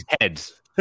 heads